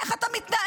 איך אתה מתנהג?